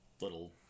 little